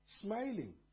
smiling